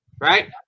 right